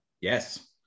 Yes